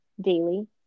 daily